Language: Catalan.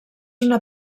una